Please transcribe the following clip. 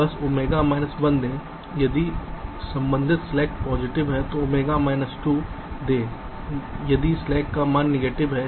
बस ओमेगा 1 दें यदि संबंधित स्लैक पॉजिटिव है तो ओमेगा 2 दें यदि स्लैक का मान निगेटिव है